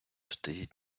стоїть